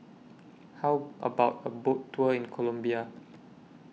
How about A Boat Tour in Colombia